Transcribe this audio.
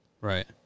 Right